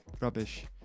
rubbish